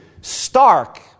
stark